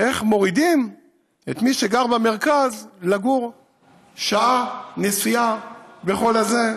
איך מורידים את מי שגר במרכז לגור שעה נסיעה בכל זה?